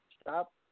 stop